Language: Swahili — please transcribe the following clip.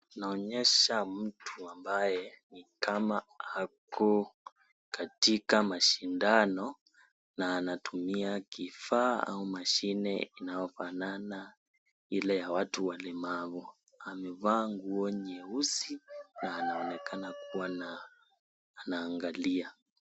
Inaonyesha mtu ambaye ni kama ako katika mashindano na anatumia kifaa au mashine inayofanana Ile ya watu walemavu, amevaa nguo nyeusi na anaonekana kuwa na, anaangalia.